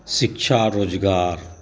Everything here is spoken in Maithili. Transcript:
शिक्षा रोजगार